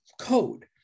code